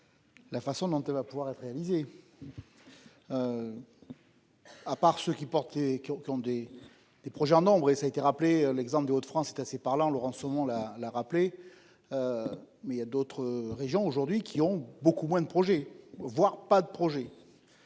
La façon dont elle va pouvoir être réalisée. À part ce qui porte et qui ont, qui ont des des projets en nombre et ça été rappelé l'exemple de Hauts-de-France c'est assez parlant leur en ce moment-là la rappeler. Mais il y a d'autres régions aujourd'hui qui ont beaucoup moins de projets, voire pas de projet.